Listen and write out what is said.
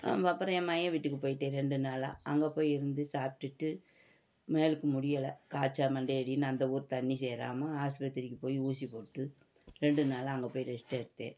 நம்ம அப்புறம் என் மகன் வீட்டுக்கு போய்விட்டேன் ரெண்டு நாளாக அங்கே போய் இருந்து சாப்பிட்டுட்டு மேலுக்கு முடியலை காய்ச்ச மண்டையடின்னு அந்த ஊர் தண்ணி சேராமல் ஹாஸ்பத்திரிக்கு போய் ஊசிப் போட்டு ரெண்டு நாளாக அங்கே போய் ரெஸ்ட் எடுத்தேன்